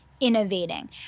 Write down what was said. innovating